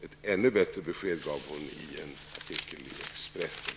Ett ännu bättre besked gav hon i en artikel i Expressen.